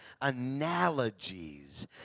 analogies